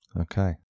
Okay